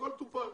הכול טופל.